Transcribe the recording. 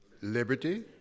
liberty